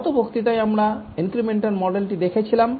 গত বক্তৃতায় আমরা ইনক্রিমেন্টাল মডেলটি দেখেছিলাম